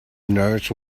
nurse